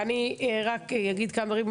אני רק אגיד כמה דברים.